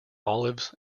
olives